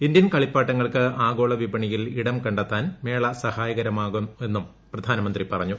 Indian കളിപ്പാട്ടങ്ങൾക്ക് ആഗോള വിപണിയിൽ ഇടം കണ്ടെത്താൻ മേള സഹായകരമാക്കുങ്മെന്നും പ്രധാനമന്ത്രി പറഞ്ഞു